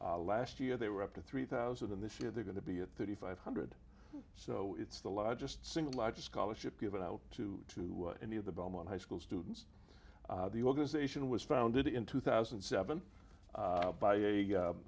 year last year they were up to three thousand this year they're going to be at thirty five hundred so it's the largest single largest scholarship given out to to any of the belmont high school students the organization was founded in two thousand and seven by a